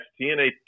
TNA